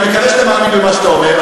אני מקווה שאתה מאמין במה שאתה אומר,